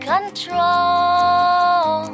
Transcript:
control